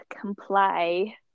comply